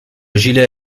gilet